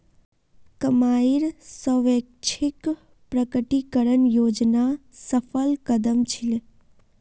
कमाईर स्वैच्छिक प्रकटीकरण योजना सफल कदम छील